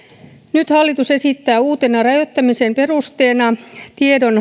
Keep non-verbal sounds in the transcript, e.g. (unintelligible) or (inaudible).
nyt hallitus esittää uutena rajoittamisen perusteena tiedon (unintelligible)